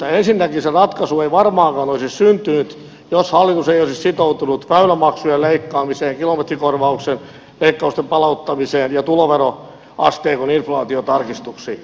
ensinnäkään se ratkaisu ei varmaankaan olisi syntynyt jos hallitus ei olisi sitoutunut väylämaksujen leikkaamiseen kilometrikorvauksen leikkausten palauttamiseen ja tuloveroasteikon inflaatiotarkistuksiin